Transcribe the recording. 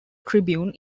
tribune